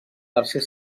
tercer